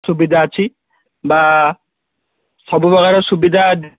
ସୁବିଧା ଅଛି ବା ସବୁ ପ୍ରକାର ସୁବିଧା